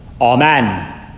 amen